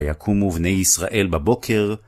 ויקומו בני ישראל בבוקר